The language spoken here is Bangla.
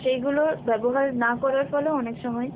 সেইগুলো ব্যবহার না করার ফলেও অনেক সময়